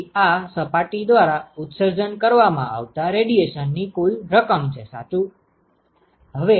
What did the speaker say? તેથી આ સપાટી દ્વારા ઉત્સર્જન કરવામાં આવતા રેડિએશન ની કુલ રકમ છે સાચું